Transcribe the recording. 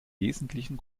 wesentlichen